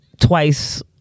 twice